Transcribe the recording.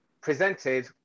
presented